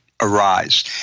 arise